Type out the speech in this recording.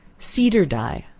cedar dye.